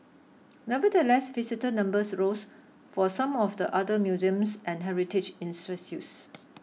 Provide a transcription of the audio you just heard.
nevertheless visitor numbers rose for some of the other museums and heritage